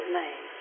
name